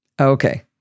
okay